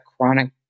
chronic